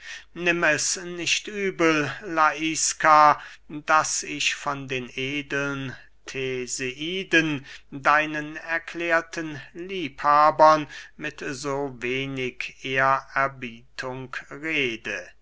nimm es nicht übel laiska daß ich von den edeln theseiden deinen erklärten liebhabern mit so wenig ehrerbietung rede